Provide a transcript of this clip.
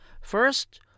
First